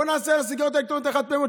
בוא נעשה לסיגריות האלקטרוניות החד-פעמיות,